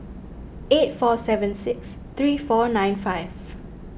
eight four seven six three four nine five